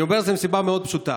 אני אומר את זה מסיבה מאוד פשוטה.